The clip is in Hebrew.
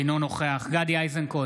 אינו נוכח גדי איזנקוט,